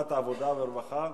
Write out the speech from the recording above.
ועדת העבודה והרווחה?